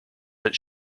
that